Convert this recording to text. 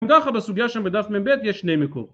גם ככה בסוגיה שם בדף מב יש שני מקו...